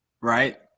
Right